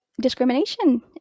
discrimination